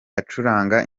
acuranga